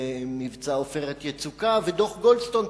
ומבצע "עופרת יצוקה", ודוח גולדסטון.